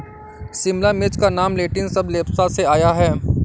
शिमला मिर्च का नाम लैटिन शब्द लेप्सा से आया है